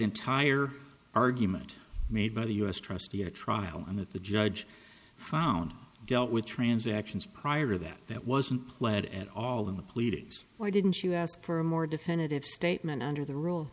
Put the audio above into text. entire argument made by the us trustee a trial and that the judge found dealt with transactions prior to that that wasn't pled at all in the pleadings why didn't you ask for a more definitive statement under the rule